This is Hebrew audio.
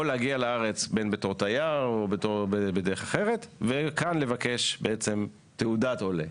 או להגיע לארץ בתור תייר או בדרך אחרת וכאן לבקש תעודת עולה.